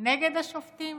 נגד השופטים